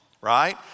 right